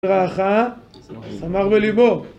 תודה רבה לך, אמר בליבו.